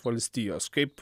valstijos kaip